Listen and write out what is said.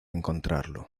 encontrarlo